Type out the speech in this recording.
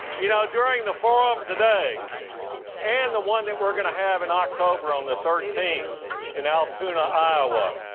you know during the forum today and the one that we're going to have in october on the thirteenth in altoona, iowa,